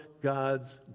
God's